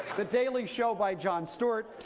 the daily show by jon stewart.